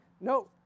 No